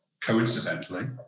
coincidentally